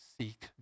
seek